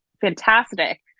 fantastic